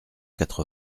quatre